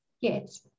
yes